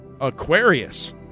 Aquarius